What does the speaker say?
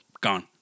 gone